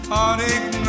Heartache